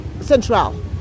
Central